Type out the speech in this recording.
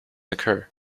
occur